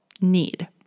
need